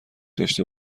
داشته